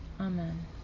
amen